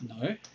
No